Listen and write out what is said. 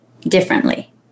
differently